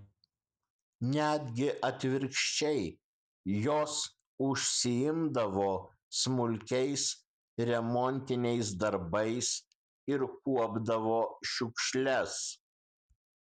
netgi atvirkščiai jos užsiimdavo smulkiais remontiniais darbais ir kuopdavo šiukšles